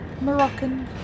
Moroccan